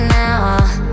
now